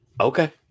Okay